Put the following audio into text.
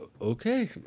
okay